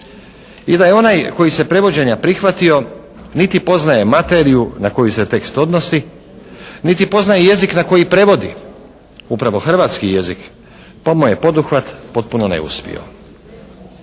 i da je onaj tko se prevođenja prihvatio niti poznaje materiju na koju se tekst odnosi niti poznaje jezik na koji prevodi upravo hrvatski jezik, pa mu je poduhvat potpuno neuspio.